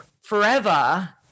forever